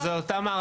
זה אותן מערכות.